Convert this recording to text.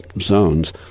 zones